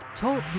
Talk